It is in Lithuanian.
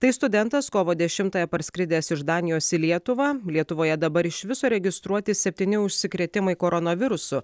tai studentas kovo dešimtąją parskridęs iš danijos į lietuvą lietuvoje dabar iš viso registruoti septyni užsikrėtimai koronavirusu